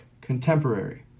contemporary